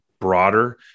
broader